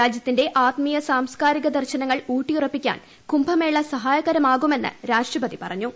രാജ്യത്തിന്റെ ആത്മീയ സാംസ്ക്കാരിക ദർശനങ്ങൾ ഊട്ടിയുറപ്പിക്കാൻ കുംഭമേള സഹായകരമാകുമെന്ന് രാഷ്ട്രപതി പറഞ്ഞു